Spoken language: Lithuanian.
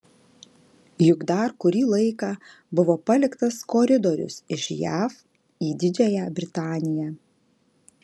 juk dar kurį laiką buvo paliktas koridorius iš jav į didžiąją britaniją